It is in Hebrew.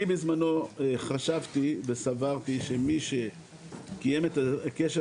אני בזמנו חשבתי וסברתי שמי שקיבל את הקשר